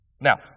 Now